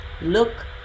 look